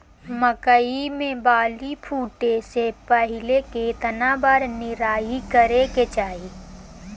मकई मे बाली फूटे से पहिले केतना बार निराई करे के चाही?